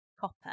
Copper